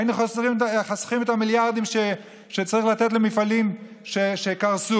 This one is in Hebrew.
היינו חוסכים את המיליארדים שצריך לתת למפעלים שקרסו.